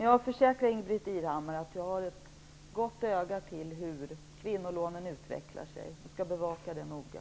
Jag försäkrar, Ingbritt Irhammar, att jag har ett gott öga till detta med hur kvinnolånen utvecklas och att jag noga skall bevaka detta.